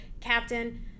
Captain